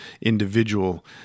individual